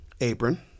Apron